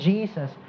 Jesus